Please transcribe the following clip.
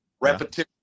Repetition